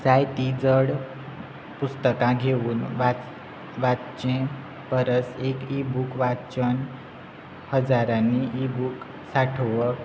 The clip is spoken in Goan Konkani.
जायती जड पुस्तकां घेवन वाच वाचचे परस एक ईबूक वाचून हजारांनी ईबूक सांठोवप